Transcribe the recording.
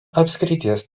apskrities